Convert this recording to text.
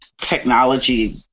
technology